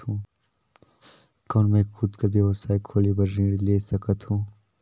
कौन मैं खुद कर व्यवसाय खोले बर ऋण ले सकत हो?